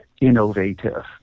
innovative